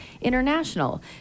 International